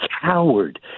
coward